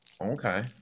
Okay